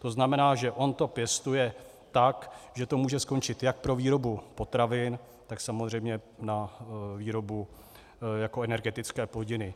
To znamená, že on to pěstuje tak, že to může skončit jak pro výrobu potravin, tak samozřejmě na výrobu jako energetické plodiny.